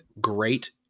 great